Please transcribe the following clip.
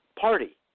party